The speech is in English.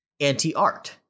anti-art